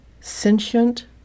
sentient